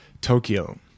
Tokyo